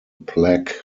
plaque